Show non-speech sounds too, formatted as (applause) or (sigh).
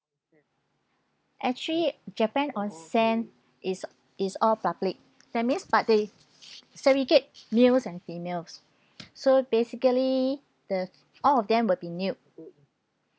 actually japan onsen is is all public that's mean but they segregate males and females (breath) so basically the all of them will be nude